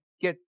get